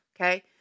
okay